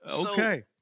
Okay